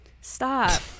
Stop